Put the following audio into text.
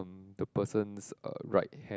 um the person's uh right hand